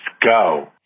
go